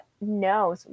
No